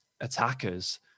attackers